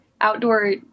outdoor